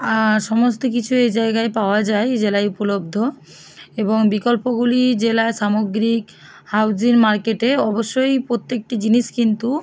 আর সমস্ত কিছু এই জায়গায় পাওয়া যায় এই জেলায় উপলব্ধ এবং বিকল্পগুলি জেলায় সামগ্রিক হাউজিং মার্কেটে অবশ্যই প্রত্যেকটি জিনিস কিন্তু